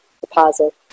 deposit